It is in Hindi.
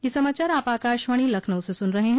ब्रे क यह समाचार आप आकाशवाणी लखनऊ से सुन रहे हैं